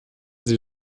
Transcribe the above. sie